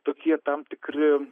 tokie tam tikri